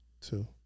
Two